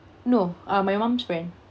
no uh my mom's friend